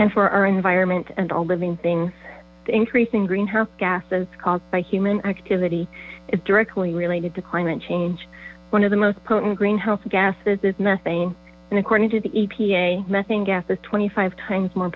and for our environment and all living things increasing greenhouse gases caused by human activity is directly related to climate change one of the most potent greenhouse gases is methane according to the epa methane gas is twenty five times more